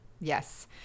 Yes